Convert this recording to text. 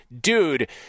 dude